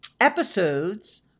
episodes